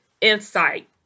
insight